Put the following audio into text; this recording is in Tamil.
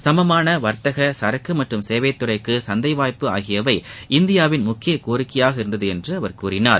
சமமான வர்த்தகசரக்கு மற்றும் சேவை துறைக்கு சந்தை வாய்ப்பு ஆகியவை இந்தியாவின் முக்கிய கோரிக்கையாக இருந்தது என்று கூறினார்